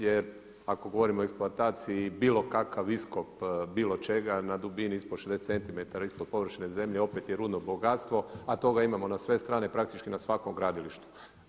Jer ako govorimo o eksploataciji bilo kakav iskop bilo čega na dubini ispod 60 cm ispod površine zemlje opet je rudno bogatstvo, a toga imamo na sve strane, praktički na svakom gradilištu.